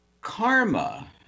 karma